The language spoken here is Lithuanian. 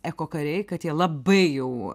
ekokariai kad jie labai jau